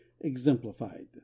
exemplified